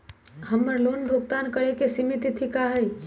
हमर लोन भुगतान करे के सिमित तिथि का हई?